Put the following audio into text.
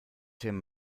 him